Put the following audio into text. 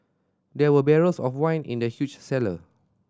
there were barrels of wine in the huge cellar